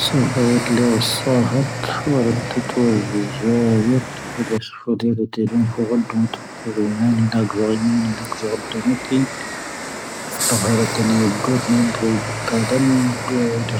ⵙⵓⴼⵀⴰ ⵔⴻⴷ ⵍⴻ ⴰⵍ ⵙⴰⴰⵀⴰⵜ, ⵡⴰⵔⴰⴱ ⵜⴰⵜo ⴰⵍ ⴳⵀⴰⴰⵢⴰⵜ,. ⵍⴻ ⴳⴻⵙⵀ ⴽⵓⴷⵉⵔⵉⵜ ⴻⴷⵓⵏ ⴼⵓⵍⴳⴰⵏⵜⵓⵏ ⵜⵓⴽⵉⵔⵓⵏⴰⵏⵉⵏ ⴰⴳⵣoⵔⵉⵎⴰⵏⵉⵏ ⴰⴳⵣoⵔⵉⵎⵉⵜⵉⵎ. ⴰⵔⵀⴰ'ⴰⵜⴰⵏⵉⵢⴻ ⴳoⵜⵏⴻ ⴰⵍ ⴷⵀⵔⵓⵢ ⴽⴰⴷⴰⴰⵏ,. ⴷⵀⵔⵓⴰ ⵉⴷⵓ